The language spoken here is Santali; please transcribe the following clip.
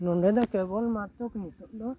ᱱᱚᱰᱮ ᱫᱚ ᱠᱮᱵᱚᱞ ᱢᱟᱛᱨᱚ ᱱᱤᱛᱚᱜ ᱫᱚ